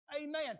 Amen